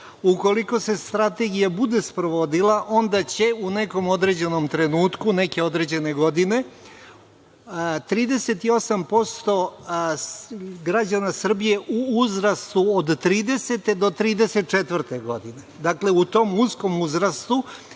ukoliko se Strategija bude sprovodila, onda će u nekom određenom trenutku neke određene godine 38% građana Srbije u uzrastu od 30. do 34. godine, dakle, u tom uskom uzrastu